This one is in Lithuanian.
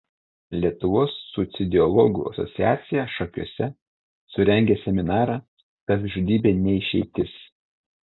lietuvos suicidologų asociacija šakiuose surengė seminarą savižudybė ne išeitis